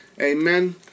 Amen